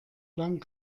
lang